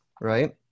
right